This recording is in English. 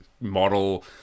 model